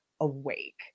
awake